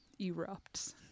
erupts